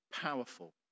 powerful